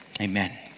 amen